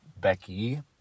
Becky